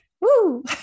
Woo